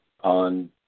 on